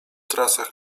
trasach